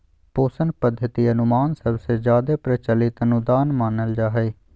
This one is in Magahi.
पोषण पद्धति अनुमान सबसे जादे प्रचलित अनुदान मानल जा हय